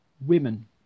women